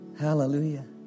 Hallelujah